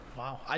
Wow